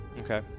Okay